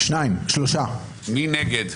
מי נגד?